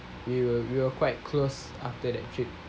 we were we were quite close after that trip